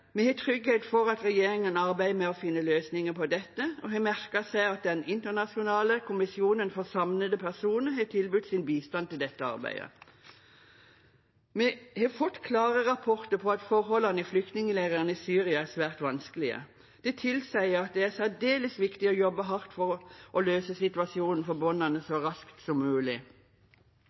Vi har trygghet for at regjeringen arbeider med å finne løsninger på dette, og har merket oss at Den internasjonale kommisjonen for savnede personer har tilbudt sin bistand til dette arbeidet. Vi har fått klare rapporter om at forholdene i flyktningleirene i Syria er svært vanskelige. Det tilsier at det er særdeles viktig å jobbe hardt for å løse situasjonen for barna så raskt som mulig.